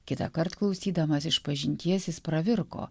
kitąkart klausydamas išpažinties jis pravirko